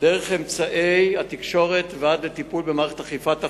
דרך אמצעי התקשורת ועד לטיפול במערכת אכיפת החוק,